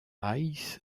hayes